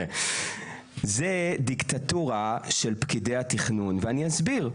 זו דיקטטורה של פקידי התכנון, אני אסביר.